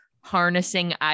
harnessing